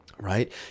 right